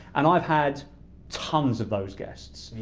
and i've had tons of those guests.